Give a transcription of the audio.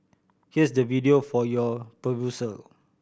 here's the video for your perusal